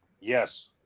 Yes